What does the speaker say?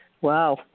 Wow